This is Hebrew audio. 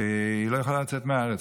והיא לא הייתה יכולה לצאת מהארץ.